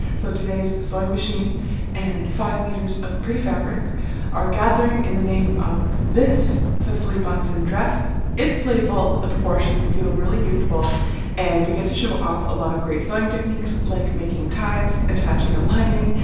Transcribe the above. so today's sewing machine and five meters of pretty fabric are gathering in the name of this cecilie bahnsen dress it's playful the proportions feel really youthful and we get to show off a lot of great sewing techniques like making ties, attaching a lining,